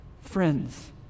friends